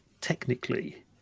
technically